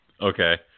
Okay